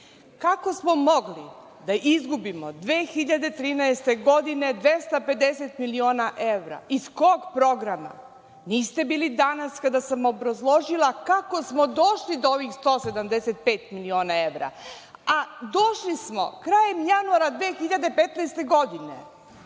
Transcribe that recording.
Kako smo mogli da izgubimo 2013. godine 250 miliona evra, iz kog programa? Niste bili danas kad sam obrazložila kako smo došli do ovih 175 miliona evra, a došli smo krajem januara 2015. godine.